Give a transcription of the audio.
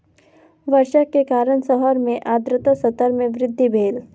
वर्षा के कारण शहर मे आर्द्रता स्तर मे वृद्धि भेल